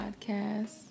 podcast